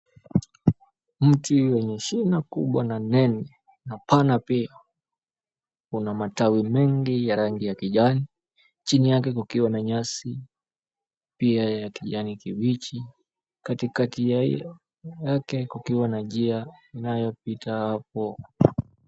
Mti wenye shina kubwa na nene na pana pia una matawi mengi ya rangi ya kijani. Chini yake kukiwa na nyasi pia ya kijani kibichi, katika yake kukiwa na njia inayopita hapo.